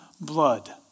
blood